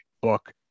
book